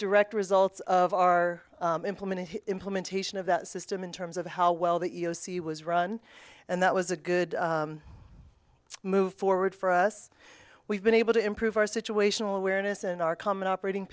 direct results of our implemented implementation of that system in terms of how well the e e o c was run and that was a good move forward for us we've been able to improve our situational awareness and our common operating